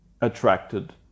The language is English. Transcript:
attracted